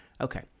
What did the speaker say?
okay